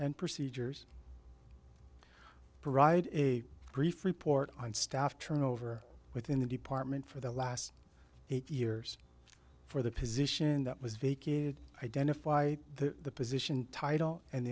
and procedures provide a brief report on staff turnover within the department for the last eight years for the position that was vacated identify the position title and